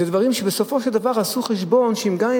אלה דברים שבסופו של דבר עשו חשבון שגם אם